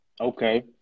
Okay